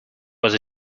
was